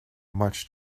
much